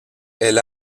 elle